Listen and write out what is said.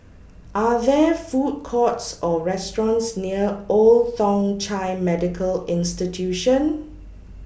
Are There Food Courts Or restaurants near Old Thong Chai Medical Institution